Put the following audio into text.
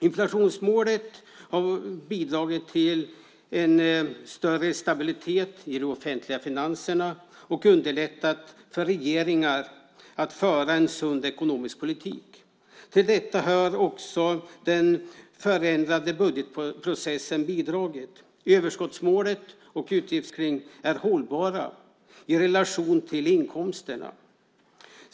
Inflationsmålet har bidragit till en större stabilitet i de offentliga finanserna och underlättat för regeringar att föra en sund ekonomisk politik. Till detta har också den förändrade budgetprocessen bidragit. Överskottsmålet och utgiftstaket är viktiga för att kontrollera att utgifternas utveckling är hållbara i relation till inkomsterna.